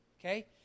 Okay